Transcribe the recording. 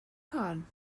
corn